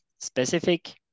Specific